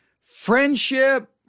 friendship